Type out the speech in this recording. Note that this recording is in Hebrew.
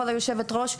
כבוד היושבת ראש,